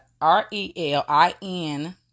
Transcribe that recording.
R-E-L-I-N